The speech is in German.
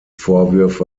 vorwürfe